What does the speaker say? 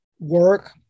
Work